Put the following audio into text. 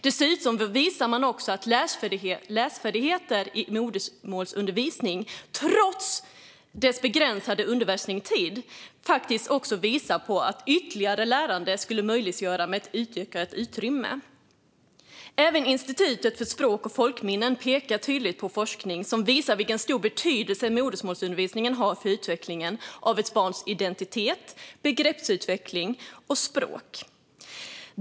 Dessutom visar forskningen att läsfärdigheter utvecklas i modersmålsundervisningen trots modersmålsämnets begränsade undervisningstid, vilket indikerar att ytterligare lärande skulle möjliggöras med ett utökat utrymme för ämnet. Även Institutet för språk och folkminnen pekar tydligt på forskning som visar vilken stor betydelse modersmålsundervisning har för utvecklingen av ett barns identitet, begreppsutveckling och språk.